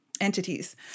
entities